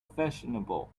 fashionable